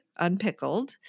Unpickled